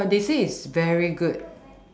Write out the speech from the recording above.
ya they say is very good